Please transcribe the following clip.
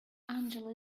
angela